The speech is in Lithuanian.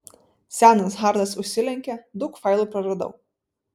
senas hardas užsilenkė daug failų praradau